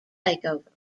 takeover